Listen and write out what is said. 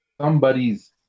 somebody's